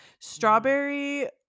Strawberry